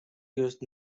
used